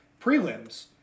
Prelims